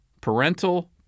parental